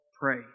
pray